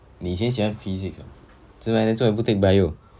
你以前喜欢 physics what 做么 leh 做么你不要 take bio